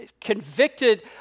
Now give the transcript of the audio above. convicted